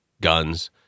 guns